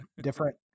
different